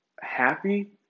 happy